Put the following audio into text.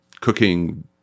cooking